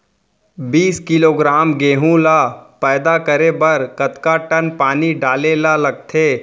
बीस किलोग्राम गेहूँ ल पैदा करे बर कतका टन पानी डाले ल लगथे?